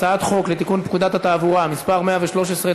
הצעת חוק לתיקון פקודת התעבורה (מס' 113),